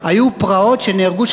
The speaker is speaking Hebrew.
היו פרעות ונהרגו,